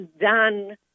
done